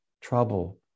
trouble